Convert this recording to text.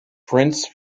prince